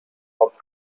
off